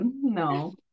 No